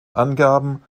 angaben